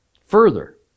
Further